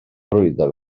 arwyddo